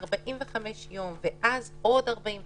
45 ימים ועוד 45 ימים,